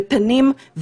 ותנים,